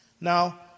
Now